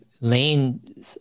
lane